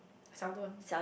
seldom